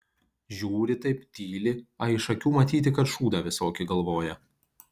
žiūri taip tyli a iš akių matyti kad šūdą visokį galvoja